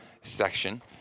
section